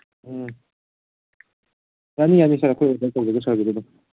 ꯎꯝ ꯌꯥꯅꯤ ꯌꯥꯅꯤ ꯑꯩꯈꯣꯏ ꯑꯣꯗꯔ ꯇꯧꯖꯒꯦ ꯁꯥꯔꯒꯤꯗꯣ ꯑꯗꯨꯝ